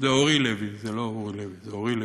זה אוֹרי לוי, לא אוּרי לוי,